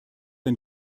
ein